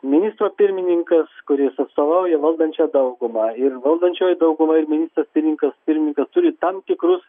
ministro pirmininkas kuris atstovauja valdančią daugumą ir valdančiojoj daugumoj ir ministras pirmininkas pirmininkas turi tam tikrus